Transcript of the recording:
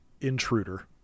Intruder